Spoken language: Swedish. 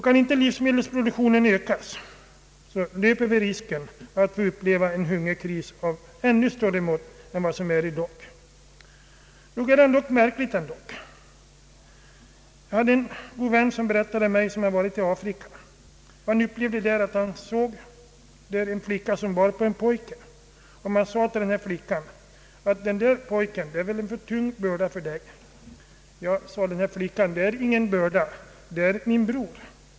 Kan inte livsmedelsproduktionen ökas, så löper vi risken att få uppleva en hungerkris av ännu större mått än i dag. Nog är det ändå märkligt! En god vän som varit i Afrika har berättat för mig att han där såg en flicka som bar på en pojke. Han sade till flickan: Den där pojken är väl en för tung börda för dig. Flickan svarade: Det är ingen börda, det är min bror.